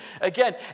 Again